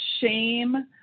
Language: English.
shame